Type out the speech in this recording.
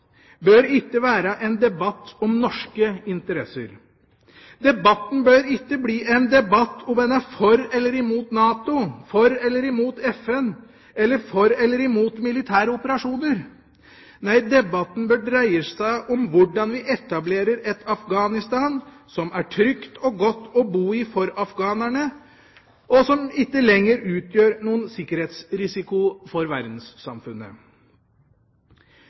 bør ikke være en debatt om norske interesser. Debatten bør ikke bli en debatt om en er for eller imot NATO, for eller imot FN eller for eller imot militære operasjoner. Nei, debatten bør dreie seg om hvordan vi etablerer et Afghanistan som er trygt og godt å bo i for afghanerne, og som ikke lenger utgjør noen sikkerhetsrisiko for verdenssamfunnet.